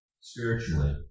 spiritually